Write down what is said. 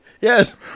Yes